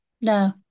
no